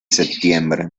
septiembre